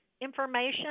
information